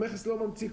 המכס לא ממציא כלום.